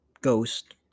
ghost